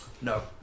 No